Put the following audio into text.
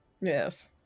Yes